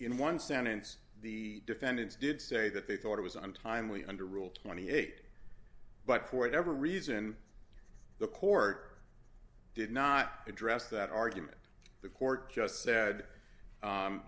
in one sentence the defendants did say that they thought it was untimely under rule twenty eight but for whatever reason the court did not address that argument the court just said